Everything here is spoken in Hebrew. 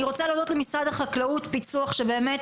אני רוצה להודות למשרד החקלאות שבאמת